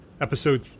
episode